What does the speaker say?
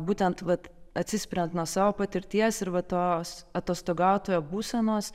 būtent vat atsispiriant nuo savo patirties ir va tos atostogautojo būsenos